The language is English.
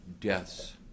Deaths